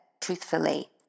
truthfully